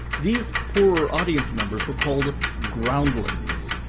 these poorer audience members were called groundlings.